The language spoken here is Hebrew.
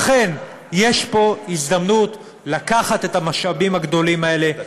לכן יש פה הזדמנות לקחת את המשאבים הגדולים האלה,